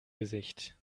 gesicht